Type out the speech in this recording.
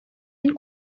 ein